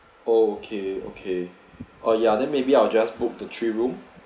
oh okay okay oh ya then maybe I'll just book the three room